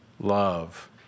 love